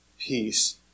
peace